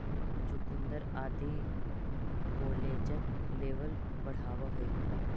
चुकुन्दर आदि collagen level बढ़ावऽ हई